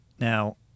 Now